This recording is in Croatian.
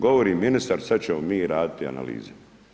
Govori ministar, sad ćemo mi raditi analize.